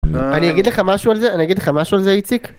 אני אגיד לך משהו על זה, אני אגיד לך משהו על זה, איציק.